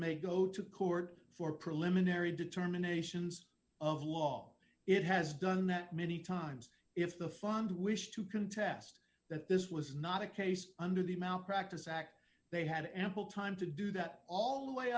may go to court for preliminary determinations of law it has done that many times if the fund wished to contest that this was not a case under the malpractise act they had ample time to do that all the way